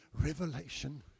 revelation